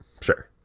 Sure